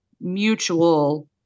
mutual